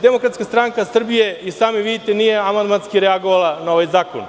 Demokratska stranka Srbije, i sami vidite, nije amandmanski reagovala na ovaj zakon,